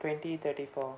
twenty thirty-four